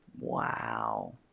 Wow